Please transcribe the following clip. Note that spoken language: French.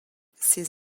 ses